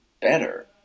better